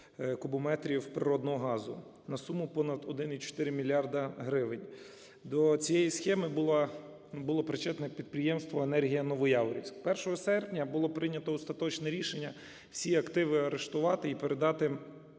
кубометрів природного газу на суму понад 1,4 мільярда гривень. До цієї схеми було причетне підприємство "Енергія-Новояворівськ". 1 серпня було прийнято остаточне рішення всі активи арештувати і передати